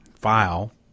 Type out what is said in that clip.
file